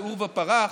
זה עורבא פרח,